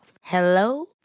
Hello